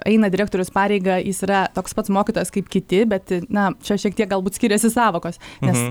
eina direktoriaus pareigą jis yra toks pats mokytojas kaip kiti bet na čia šiek tiek galbūt skiriasi sąvokos nes